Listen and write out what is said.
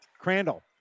Crandall